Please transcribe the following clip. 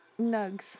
nugs